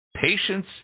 Patience